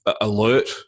alert